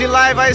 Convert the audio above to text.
live